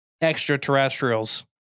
extraterrestrials